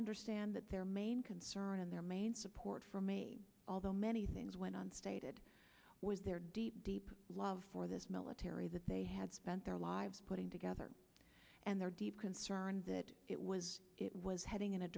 understand that their main concern and their main support for me although many things went on stated was their deep deep love for this military that they had spent their lives putting together and their deep concern that it was it was heading in a